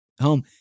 home